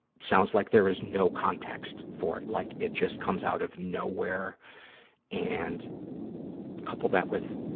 sounds like there is no context for it, like it just comes out of nowhere and couple that with,